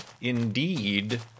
indeed